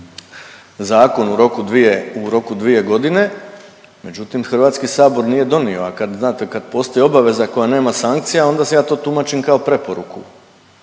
zakon u roku dvije, u roku 2.g., međutim HS nije donio, a kad znate kad postoji obaveza koja nema sankcija onda ja to tumačim kao preporuku.